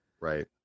Right